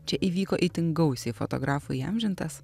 čia įvyko itin gausiai fotografų įamžintas